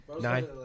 Nine